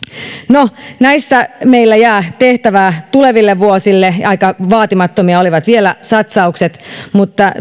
no näissä meillä jää tehtävää tuleville vuosille aika vaatimattomia olivat vielä satsaukset mutta